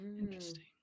Interesting